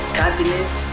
cabinet